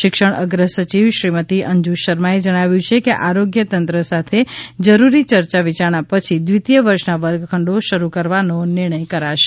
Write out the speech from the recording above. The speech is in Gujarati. શિક્ષણ અગ્રસચિવ શ્રીમતી અંજુ શર્માએ જણાવ્યું છે કે આરોગ્ય તંત્ર સાથે જરૂરી ચર્ચા વિયારણા પછી દ્વિતીય વર્ષના વર્ગખંડો શરૂ કરવાની નિર્ણય કરાશે